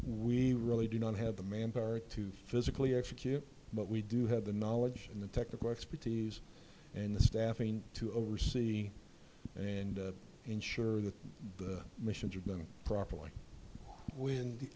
we really do not have the manpower to physically execute it but we do have the knowledge and the technical expertise and the staffing to oversee and ensure that the missions have been properly when the